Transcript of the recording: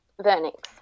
Vernix